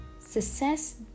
Success